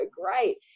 great